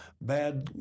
bad